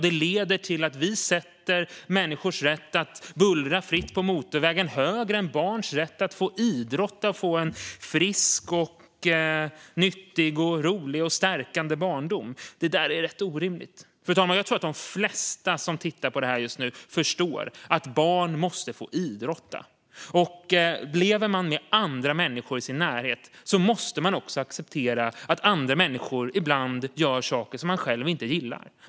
Det leder till att vi sätter människors rätt att bullra fritt på motorvägen högre än barns rätt att få idrotta och få en frisk, nyttig, rolig och stärkande barndom. Detta är rätt orimligt, fru talman. Jag tror att de flesta som tittar på detta just nu förstår att barn måste få idrotta. Om man lever med andra människor i sin närhet måste man acceptera att de ibland gör saker som man själv inte gillar.